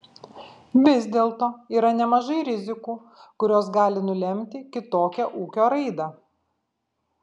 vis dėlto yra nemažai rizikų kurios gali nulemti kitokią ūkio raidą